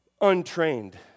Untrained